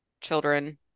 children